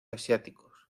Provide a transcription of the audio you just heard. asiáticos